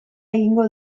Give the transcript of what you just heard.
egingo